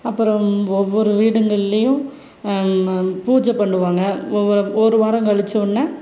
அப்புறம் ஒவ்வொரு வீடுங்கள்லேயும் பூஜை பண்ணுவாங்க ஒவ்வொரு ஒரு வாரம் கழிச்சோன